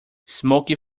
smoky